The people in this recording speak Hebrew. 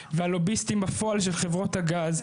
והלוביסטים בפועל של חברות הגז,